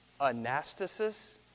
anastasis